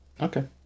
Okay